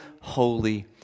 holy